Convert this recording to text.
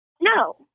No